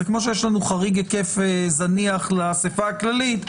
זה כמו שיש לנו חריג היקף זניח לאסיפה הכללית,